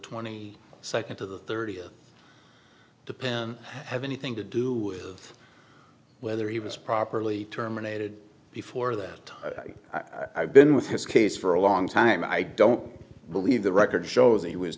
twenty second to the thirtieth japan has anything to do with whether he was properly terminated before that i've been with his case for a long time i don't believe the record shows he was